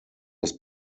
das